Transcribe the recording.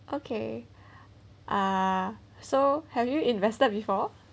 okay uh so have you invested before